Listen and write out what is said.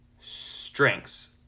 Strengths